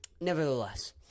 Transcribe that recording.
nevertheless